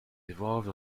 evolved